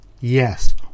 Yes